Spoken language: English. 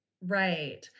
Right